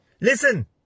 Listen